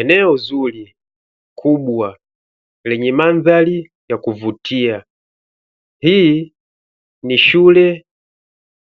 Eneo zuri, kubwa lenye mandhari ya kuvutia hii ni shule